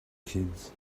kids